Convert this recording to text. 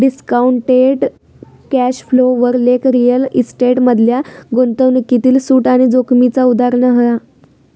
discounted cash flow वर लेख real estate मधल्या गुंतवणूकीतील सूट आणि जोखीमेचा उदाहरण हा